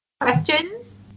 Questions